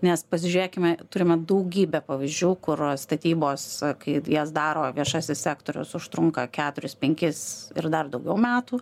nes pasižiūrėkime turime daugybę pavyzdžių kur statybos kai jas daro viešasis sektorius užtrunka keturis penkis ir dar daugiau metų